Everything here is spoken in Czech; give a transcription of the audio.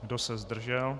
Kdo se zdržel?